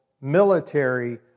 military